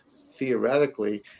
theoretically